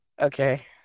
Okay